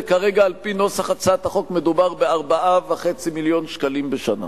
וכרגע על-פי נוסח הצעת החוק מדובר ב-4.5 מיליון שקלים בשנה.